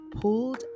pulled